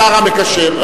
השר המקשר,